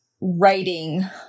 writing